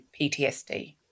PTSD